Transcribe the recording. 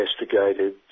investigated